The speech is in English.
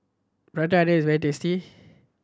Prata Onion is very tasty